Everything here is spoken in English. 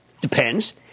depends